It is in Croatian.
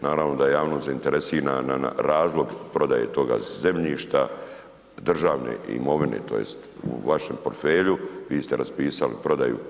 Naravno da je javnost zainteresirana za razlog prodaje tog zemljišta, državne imovine tj. u vašem portfelju, vi ste raspisali prodaju.